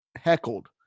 heckled